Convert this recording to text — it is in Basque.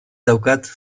daukat